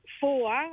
four